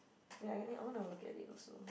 wait I wanna I want to look at it also